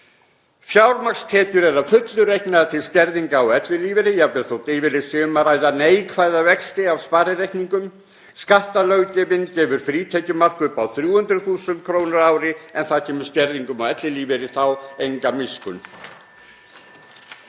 Fjármagnstekjur eru að fullu reiknaðar til skerðinga á ellilífeyri jafnvel þótt yfirleitt sé um að ræða neikvæða vexti af sparireikningum. Skattalöggjöfin gefur frítekjumark upp á 300.000 kr. á ári en það gefur skerðingum á ellilífeyri þá enga miskunn.